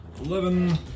eleven